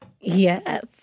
Yes